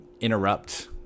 interrupt